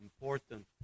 important